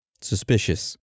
Suspicious